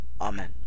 Amen